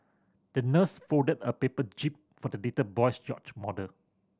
the nurse folded a paper jib for the little boy's yacht model